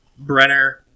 Brenner